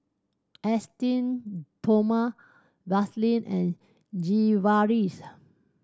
Esteem Stoma Vaselin and Sigvaris